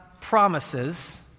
promises